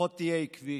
לפחות תהיה עקבי.